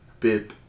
Bip